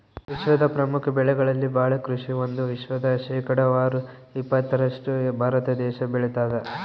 ವಿಶ್ವದ ಪ್ರಮುಖ ಬೆಳೆಗಳಲ್ಲಿ ಬಾಳೆ ಕೃಷಿ ಒಂದು ವಿಶ್ವದ ಶೇಕಡಾವಾರು ಇಪ್ಪತ್ತರಷ್ಟು ಭಾರತ ದೇಶ ಬೆಳತಾದ